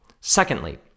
Secondly